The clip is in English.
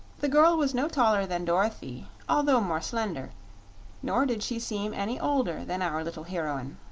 the girl was no taller than dorothy, although more slender nor did she seem any older than our little heroine.